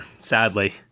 sadly